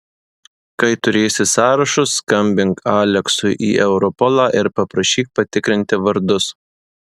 kai turėsi sąrašus skambink aleksui į europolą ir paprašyk patikrinti vardus